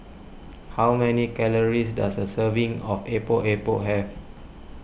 how many calories does a serving of Epok Epok have